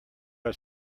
are